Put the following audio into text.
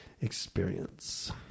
experience